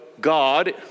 God